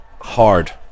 hard